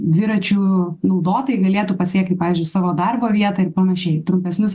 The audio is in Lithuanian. dviračių naudotojai galėtų pasiekti pavyzdžiui savo darbo vietą ir panašiai trumpesnius